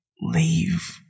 leave